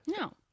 No